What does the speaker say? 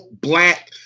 black